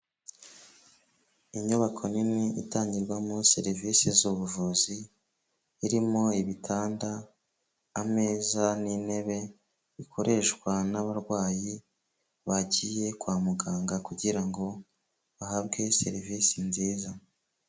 Inyubako nini itangirwamo serivisi z'ubuvuzi irimo ibitanda ameza n'intebe bikoreshwa n'abarwayi bagiye kwa muganga kugira ngo bahabwe serivisi nziza.